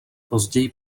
později